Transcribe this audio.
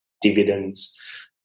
dividends